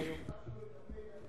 נכנסתי אליו היום עוד פעם.